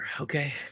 Okay